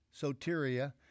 Soteria